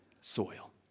soil